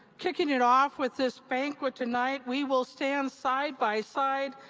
kicking it off with this banquet tonight, we will stand side by side,